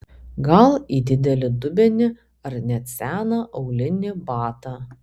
gal į didelį dubenį ar net seną aulinį batą